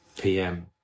pm